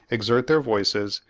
exert their voices,